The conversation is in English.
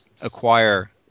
acquire